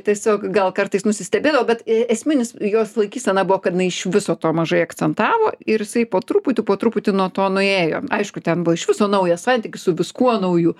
tiesiog gal kartais nusistebėdavo bet e esminis jos laikysena buvo kad jinai iš viso to mažai akcentavo ir jisai po truputį po truputį nuo to nuėjo aišku ten buvo iš viso naujas santykis su viskuo nauju